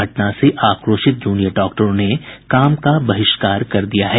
घटना से आक्रोशित जूनियर डॉक्टरों ने काम का बहिष्कार कर दिया है